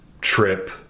trip